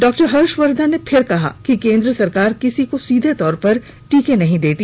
डॉ हर्षवर्धन ने फिर कहा है कि केंद्र सरकार किसी को सीधे तौर पर टीके नहीं देती